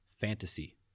fantasy